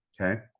Okay